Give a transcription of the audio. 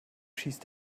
schießt